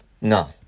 No